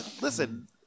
Listen